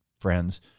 friends